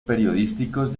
periodísticos